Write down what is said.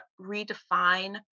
redefine